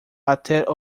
até